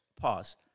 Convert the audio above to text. Pause